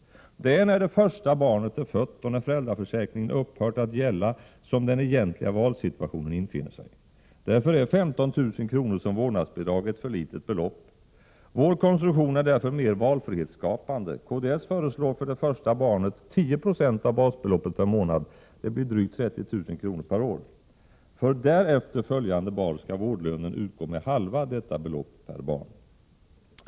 Det är när det första barnet är fött och när föräldraförsäkringen upphört att gälla som den egentliga valsituationen infinner sig. Därför är 15 000 kr. som vårdnadsbidrag ett för litet belopp. Vår konstruktion är mer valfrihetsskapande. Kds föreslår för det första barnet 10 20 av basbeloppet per månad. Det blir drygt 30 000 kr. per år. För därefter följande barn skall vårdlönen utgå med halva detta belopp per barn.